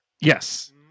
Yes